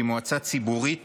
שהיא מועצה ציבורית